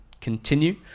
continue